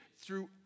throughout